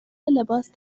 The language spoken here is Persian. لباس